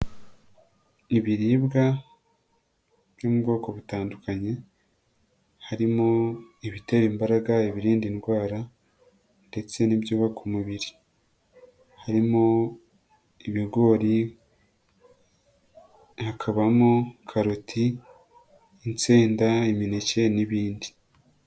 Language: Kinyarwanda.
Ibiribwa by'ubwoko butandukanye, harimo ibitera imbaraga, ibirinda indwara ndetse n'ibyubaka umubiri, harimo ibigori, hakabamo karoti, insenda, imineke n'ibindi.